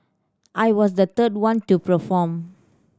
I was the third one to perform